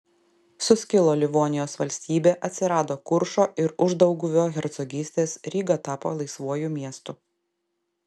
suskilo livonijos valstybė atsirado kuršo ir uždauguvio hercogystės ryga tapo laisvuoju miestu